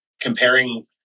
Comparing